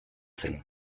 zen